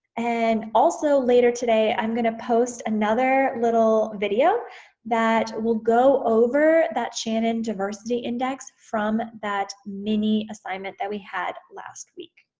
and also later today i'm gonna post another little video that will go over that shannon diversity index from that mini assignment that we had last week.